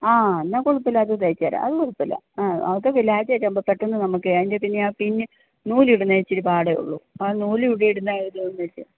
ആ അന്നാ കുഴപ്പമില്ല അത് തയ്ച്ചു അത് കുഴപ്പമില്ല ആ അവക്ക് ലാച്ചയെക്കെ ആവുമ്പം പെട്ടന്ന് നമുക്ക് അതിന്റെ പിന്നെയാ നൂല് ഇടുന്നത് ഇച്ചിരി പാടെ ഉള്ളു അത് നൂൽ എവിടെയാണ് ഇടുന്നത് അത് മേടിച്ച